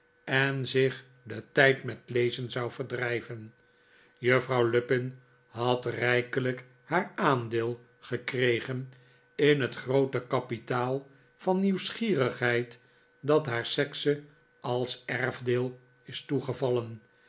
en zich den tijd met lezen zou verdrijven juffrouw lupin had rijkelijk haar aandeel gekregen in het groote kapitaal van nieuwsgierigheid dat haar sekse als erfdeel is toegevallen